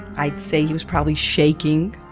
i'd say he was probably shaking.